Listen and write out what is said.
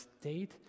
state